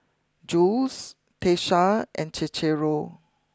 Jules Tiesha and Cicero